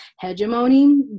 hegemony